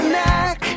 neck